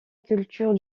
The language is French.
culture